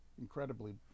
incredibly